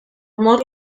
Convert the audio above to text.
more